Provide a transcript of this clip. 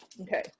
okay